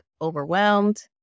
overwhelmed